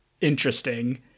interesting